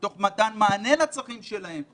תוך מתן מענה לצרכים שלהן.